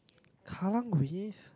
Kallang-Wave